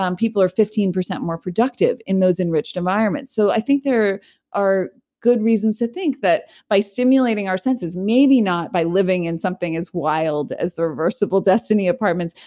um people are fifteen percent more productive in those enriched environment so i think there are good reasons to think that by stimulating our senses, maybe not by living in something as wild as the reversible destiny apartments,